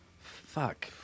Fuck